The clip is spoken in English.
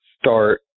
start